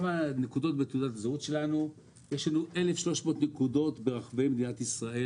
לנו 1,300 נקודות ברחבי מדינת ישראל.